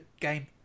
game